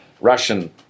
Russian